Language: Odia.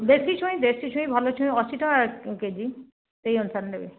ଦେଶୀ ଛୁଇଁ ଦେଶୀ ଛୁଇଁ ଭଲ ଛୁଇଁ ଅଶୀ ଟଙ୍କା କେଜି ସେଇ ଅନୁସାରେ ନେବେ